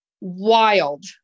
wild